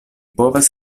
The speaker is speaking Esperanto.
povas